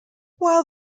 while